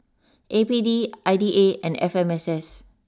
A P D I D A and F M S S